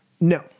No